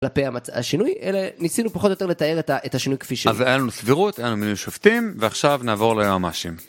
כלפי המצב, השינוי, אלא ניסינו פחות או יותר לתאר את השינוי כפי שהוא. אז היה לנו סבירות, היה לנו מינוי שופטים ועכשיו נעבור ליועמ"שים.